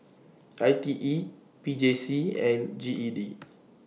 I T E P J C and G E D